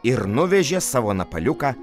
ir nuvežė savo napaliuką